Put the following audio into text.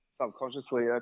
subconsciously